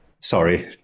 Sorry